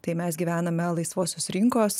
tai mes gyvename laisvosios rinkos